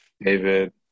David